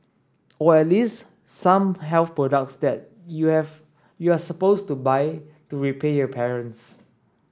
or at least some health products that you have you're supposed to buy to repay your parents